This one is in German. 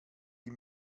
die